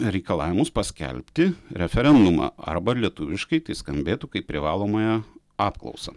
reikalavimus paskelbti referendumą arba lietuviškai tai skambėtų kaip privalomąją apklausą